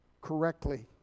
correctly